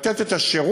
לתת את השירות